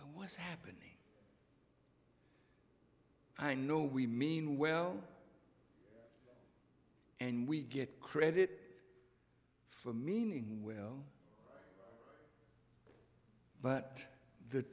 what's happening i know we mean well and we get credit for meaning well but the